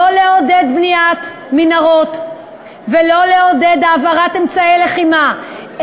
לא לעודד בניית מנהרות ולא לעודד העברת אמצעי לחימה,